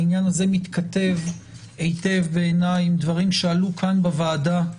העניין הזה מתכתב היטב בעיני עם דברים שעלו כאן בוועדה,